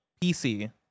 PC